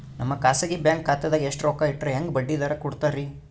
ನಮ್ಮ ಖಾಸಗಿ ಬ್ಯಾಂಕ್ ಖಾತಾದಾಗ ಎಷ್ಟ ರೊಕ್ಕ ಇಟ್ಟರ ಹೆಂಗ ಬಡ್ಡಿ ದರ ಕೂಡತಾರಿ?